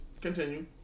continue